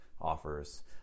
offers